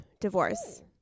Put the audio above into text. divorce